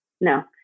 No